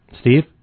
Steve